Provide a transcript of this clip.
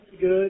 good